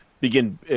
Begin